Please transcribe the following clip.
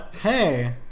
Hey